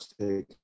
take